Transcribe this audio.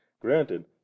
Granted